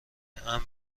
امن